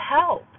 help